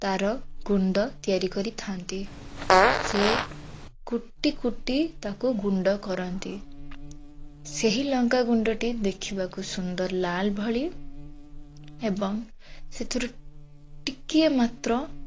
ତା'ର ଗୁଣ୍ଡ ତିଆରି କରିଥାନ୍ତି ସେ କୁଟିକୁଟି ତାକୁ ଗୁଣ୍ଡ କରନ୍ତି ସେହି ଲଙ୍କା ଗୁଣ୍ଡଟି ଦେଖିବାକୁ ସୁନ୍ଦର ଲାଲ ଭଳି ଏବଂ ସେଥିରୁ ଟିକିଏ ମାତ୍ର